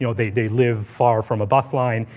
you know they they live far from a bus line,